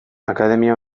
akademia